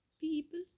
people